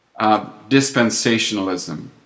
dispensationalism